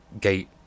gate